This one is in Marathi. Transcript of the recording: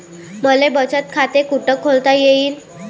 मले बचत खाते कुठ खोलता येईन?